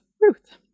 Ruth